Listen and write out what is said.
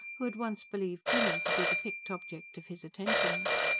who had once believed jinny to be the picked object of his attentions.